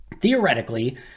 theoretically